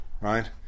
right